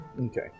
Okay